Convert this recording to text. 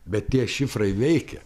bet tie šifrai veikia